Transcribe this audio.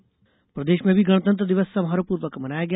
गणतंत्र दिवस प्रदेश प्रदेश में भी गणतंत्र दिवस समारोहपूर्वक मनाया गया